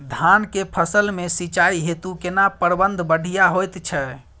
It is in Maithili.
धान के फसल में सिंचाई हेतु केना प्रबंध बढ़िया होयत छै?